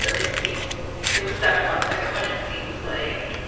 so it seems it was seven months ago, and it seems, like,